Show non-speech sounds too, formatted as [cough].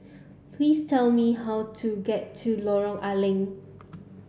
please tell me how to get to Lorong [unintelligible] Leng